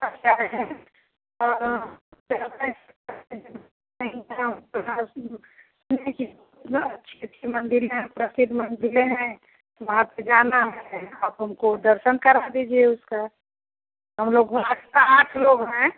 अच्छा है और उसमें कि मतलब अच्छी अच्छी मंदिर हैं प्रसिद्ध मंदिरें हैं तो वहाँ पर जाना है आप हमको दर्शन करा दीजिए उसका हम लोग वहाँ सात लोग हैं